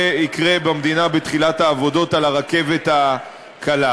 במדינה בתחילת העבודות על הרכבת הקלה.